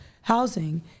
housing